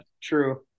true